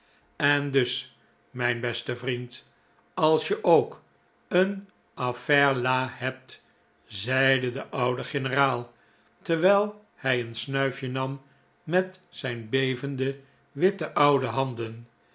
en dus mijn beste vriend als je ook een affaire la hebt zeide de oude generaal terwijl hij een snuifje nam met zijn bevende witte oude handen